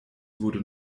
wurde